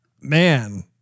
man